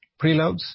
preloads